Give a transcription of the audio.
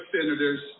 senators